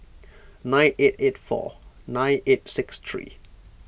nine eight eight four nine eight six three